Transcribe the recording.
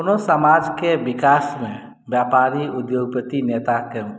कोनो समाजके विकासमे व्यापारी उद्योगपति नेताके